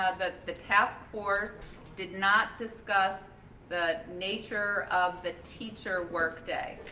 ah the the task force did not discuss the nature of the teacher workday.